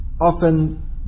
often